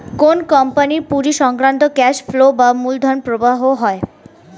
কোন কোম্পানির পুঁজি সংক্রান্ত ক্যাশ ফ্লো বা মূলধন প্রবাহ হয়